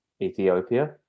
Ethiopia